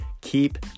keep